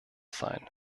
sein